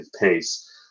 pace